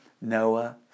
Noah